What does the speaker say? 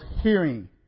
hearing